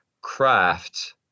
craft